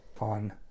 on